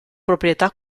proprietà